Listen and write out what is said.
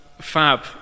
fab